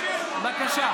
בקשה.